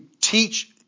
teach